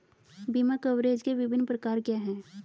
बीमा कवरेज के विभिन्न प्रकार क्या हैं?